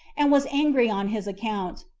and was angry on his account,